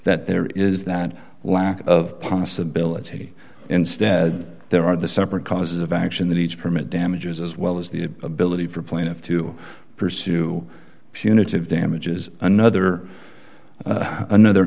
that there is that lack of possibility instead there are the separate causes of action that each permit damages as well as the ability for plaintiff to pursue she unitive damages another another